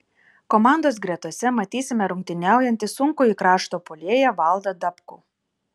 komandos gretose matysime rungtyniaujantį sunkųjį krašto puolėją valdą dabkų